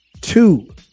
Two